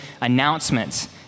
announcements